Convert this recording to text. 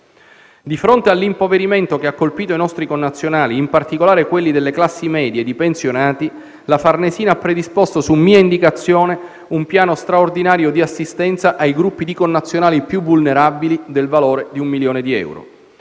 Di fronte all'impoverimento che ha colpito i nostri connazionali, in particolare quelli delle classi medie e i pensionati, la Farnesina ha predisposto - su mia indicazione - un piano straordinario di assistenza ai gruppi di connazionali più vulnerabili del valore di un milione di euro;